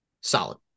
Solid